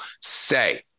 say